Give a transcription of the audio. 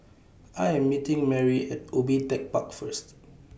I Am meeting Merry At Ubi Tech Park First